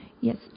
yes